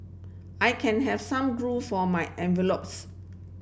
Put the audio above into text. I can have some glue for my envelopes